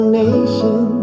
nation